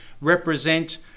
represent